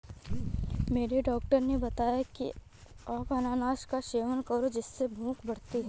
मेरे डॉक्टर ने बताया की अनानास का सेवन करो जिससे भूख बढ़ती है